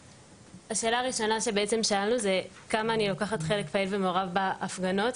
השאלה הראשונה ששאלנו היא "כמה אני לוקחת חלק פעיל ומעורב בהפגנות?",